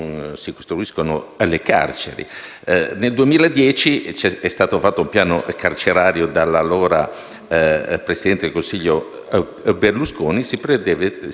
Nel 2010 è stato fatto un piano carcerario dall'allora presidente del Consiglio Berlusconi in cui si prevedeva la realizzazione di diverse